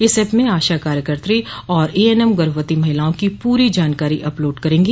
इस एप में आशा कार्यकत्री और एएनएम गर्भवती महिलाओं की पूरी जानकारी अपलोड करेंगी